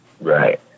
Right